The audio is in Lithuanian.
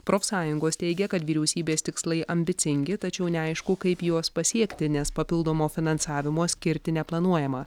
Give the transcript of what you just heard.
profsąjungos teigia kad vyriausybės tikslai ambicingi tačiau neaišku kaip juos pasiekti nes papildomo finansavimo skirti neplanuojama